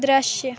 दृश्य